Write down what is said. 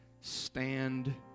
stand